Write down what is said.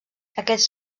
aquests